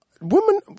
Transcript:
women